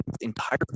entire